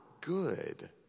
good